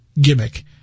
gimmick